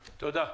תודה.